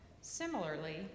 Similarly